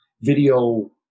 video